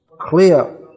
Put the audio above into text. clear